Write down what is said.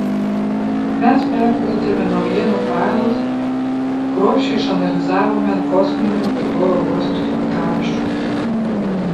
mes perkratėme naujienų failus kruopščiai išanalizavome kosminių ir oro uostų tvarkaraščius